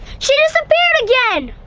she disappeared again!